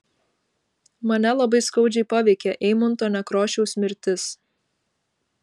mane labai skaudžiai paveikė eimunto nekrošiaus mirtis